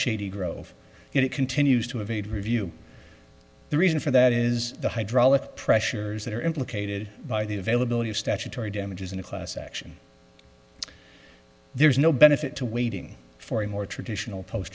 shady grove if it continues to evade review the reason for that is the hydraulic pressure that are implicated by the availability of statutory damages in a class action there's no benefit to waiting for a more traditional post